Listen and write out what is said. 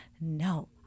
No